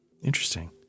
Interesting